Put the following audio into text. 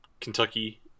Kentucky